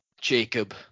Jacob